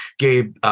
Gabe